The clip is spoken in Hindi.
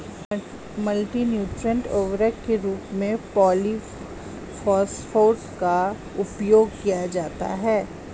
मल्टी न्यूट्रिएन्ट उर्वरक के रूप में पॉलिफॉस्फेट का उपयोग किया जाता है